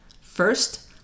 First